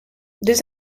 deux